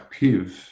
piv